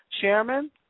Chairman